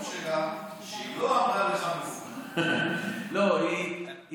זה שהשר כהן אומר שהיא אמרה בנאום שלה שהיא לא אמרה לך מנוול,